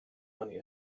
money